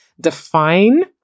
define